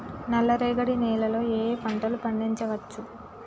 నల్లరేగడి నేల లో ఏ ఏ పంట లు పండించచ్చు?